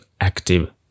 active